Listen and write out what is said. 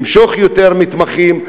למשוך יותר מתמחים,